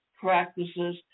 practices